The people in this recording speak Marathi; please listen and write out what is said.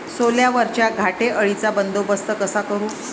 सोल्यावरच्या घाटे अळीचा बंदोबस्त कसा करू?